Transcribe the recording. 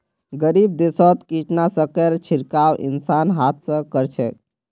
गरीब देशत कीटनाशकेर छिड़काव इंसान हाथ स कर छेक